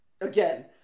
Again